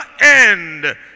end